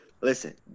Listen